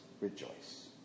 rejoice